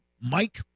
Mike